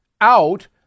out